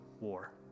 war